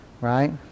Right